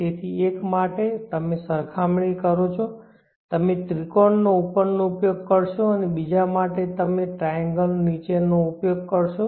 તેથી એક માટે તમે સરખામણી કરો છો તમે ત્રિકોણ ઉપરનો ઉપયોગ કરશો અને બીજા માટે તમે ટ્રાયેન્ગલ નીચે નો ઉપયોગ કરશો